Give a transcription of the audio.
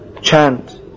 chant